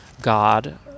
God